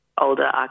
older